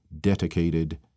dedicated